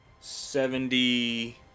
seventy